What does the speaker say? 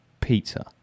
pizza